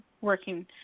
working